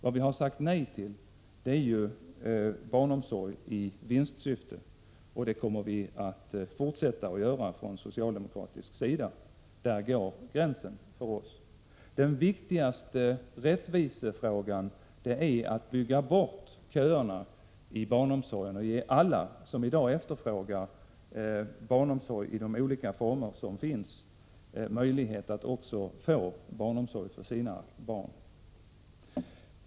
Vad vi har sagt nej till är barnomsorg i vinstsyfte, och det kommer vi socialdemokrater att fortsätta att göra. Där går gränsen för oss. Den viktigaste rättvisefrågan är att bygga bort köerna i barnomsorgen och ge alla som i dag efterfrågar barnomsorg i de olika former som finns möjlighet att också få barnomsorg för sina barn.